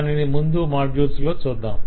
దానిని ముందు మాడ్యుల్స్ లో చేద్దాం